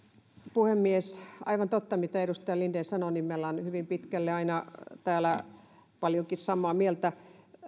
puhemies on aivan totta mitä edustaja linden sanoi että me olemme täällä aina hyvin pitkälle paljonkin samaa mieltä